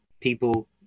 people